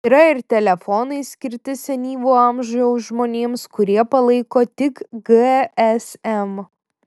yra ir telefonai skirti senyvo amžiaus žmonėms kurie palaiko tik gsm